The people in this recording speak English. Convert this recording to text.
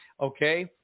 okay